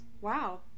Wow